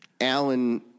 Alan